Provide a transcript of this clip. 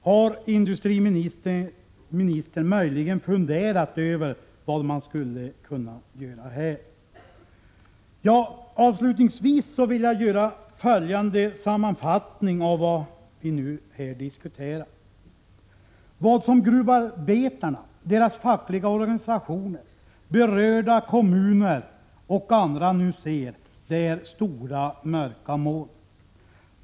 Har industriministern möjligen funderat över vad man skulle kunna göra här? Avslutningsvis vill jag göra följande sammanfattning. Vad gruvarbetarna, deras fackliga organisationer, berörda kommuner och andra nu ser är stora, mörka moln.